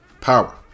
power